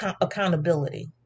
accountability